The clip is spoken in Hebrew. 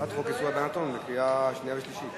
הצעת חוק איסור הלבנת הון לקריאה שנייה ושלישית.